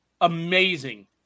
amazing